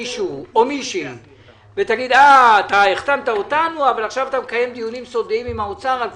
מי שהגיש את ההצעות לסדר: תמר זנדברג,